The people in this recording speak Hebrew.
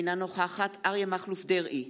אינה נוכחת אריה מכלוף דרעי,